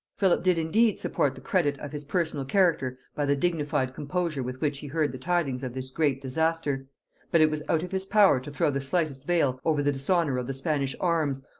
philip did indeed support the credit of his personal character by the dignified composure with which he heard the tidings of this great disaster but it was out of his power to throw the slightest veil over the dishonor of the spanish arms,